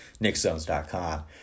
nickzones.com